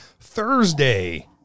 Thursday